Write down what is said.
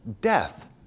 death